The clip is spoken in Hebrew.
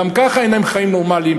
גם ככה אין להם חיים נורמליים,